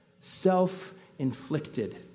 Self-inflicted